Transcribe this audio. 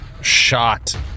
shot